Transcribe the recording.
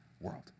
world